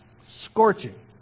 Scorching